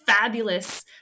fabulous